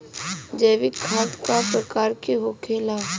जैविक खाद का प्रकार के होखे ला?